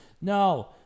No